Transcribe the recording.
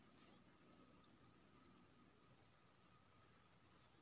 बदलि बदलि फसल उपजेला सँ खेतक पौष्टिक बनल रहय छै